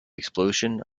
explosion